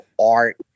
art